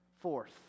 Fourth